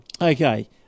Okay